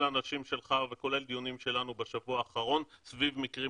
האנשים שלך וכולל דיונים שלנו בשבוע האחרון סביב מקרים